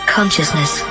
Consciousness